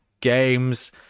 games